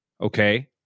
Okay